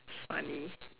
it's funny